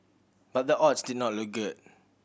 but the odds did not look good